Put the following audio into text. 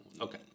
okay